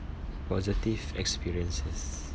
positive experiences